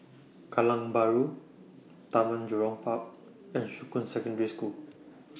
Kallang Bahru Taman Jurong Park and Shuqun Secondary School